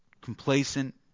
complacent